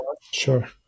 Sure